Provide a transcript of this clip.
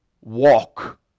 walk